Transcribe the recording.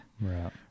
Right